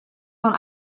von